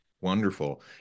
Wonderful